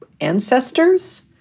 ancestors